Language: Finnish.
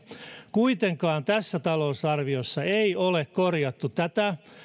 kuitenkaan tässä talousarviossa ei ole korjattu